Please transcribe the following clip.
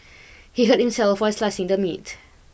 he hurt himself while slicing the meat